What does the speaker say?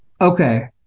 Okay